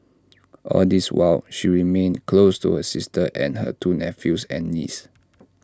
all this while she remained close to her sister and her two nephews and niece